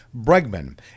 Bregman